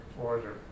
order